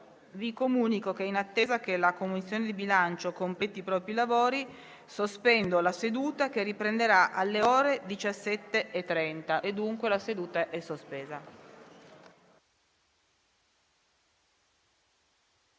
Comunico che, in attesa che la Commissione bilancio completi i propri lavori, sospendo la seduta fino alle ore 17,30. La seduta è sospesa.